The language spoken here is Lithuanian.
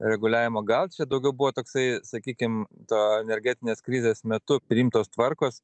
reguliavimo gal čia daugiau buvo toksai sakykim to energetinės krizės metu priimtos tvarkos